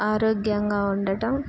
ఆరోగ్యంగా ఉండటం